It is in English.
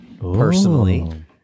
personally